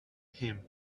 him